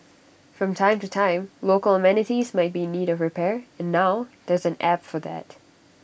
from time to time local amenities might be in need of repair and now there's an app for that